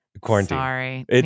Quarantine